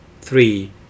Three